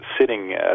sitting